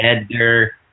Edgar